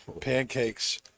Pancakes